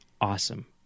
awesome